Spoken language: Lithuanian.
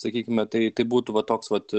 sakykime tai tai būtų va toks vat